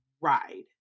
ride